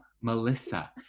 Melissa